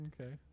Okay